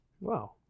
Wow